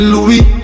Louis